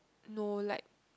no like